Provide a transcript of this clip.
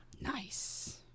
Nice